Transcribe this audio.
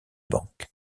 banques